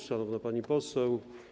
Szanowna Pani Poseł!